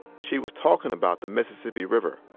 she was talking about the mississippi river.